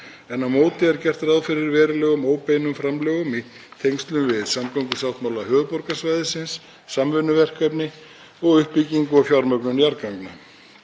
en á móti er gert ráð fyrir verulegum óbeinum framlögum í tengslum við samgöngusáttmála höfuðborgarsvæðisins, samvinnuverkefni og uppbyggingu og fjármögnun jarðganga.